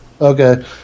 Okay